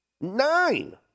Nine